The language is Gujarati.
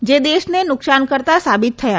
જે દેશને નુકસાનકર્તા સાબિત થયા